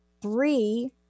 Three